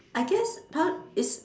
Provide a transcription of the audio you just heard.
I guess is